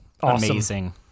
amazing